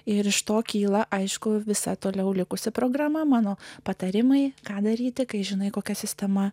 ir iš to kyla aišku visa toliau likusi programa mano patarimai ką daryti kai žinai kokia sistema